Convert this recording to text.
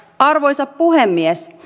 arvoisa puhemies